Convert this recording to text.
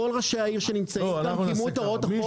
כל ראשי העיר שנמצאים כאן קיימו את הוראות החוק,